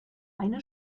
eine